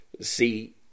See